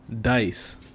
dice